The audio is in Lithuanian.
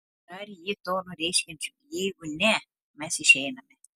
tarė ji tonu reiškiančiu jeigu ne mes išeiname